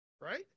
right